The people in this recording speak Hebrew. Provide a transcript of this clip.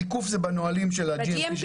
התיקוף הוא בנהלים של ה-GMP.